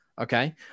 Okay